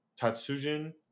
tatsujin